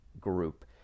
group